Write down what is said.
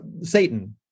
Satan